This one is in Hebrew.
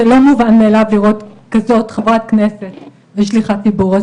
זה לא מובן מאליו לראות כזאת חברת כנסת וכזאת שליחת ציבור,